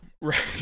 Right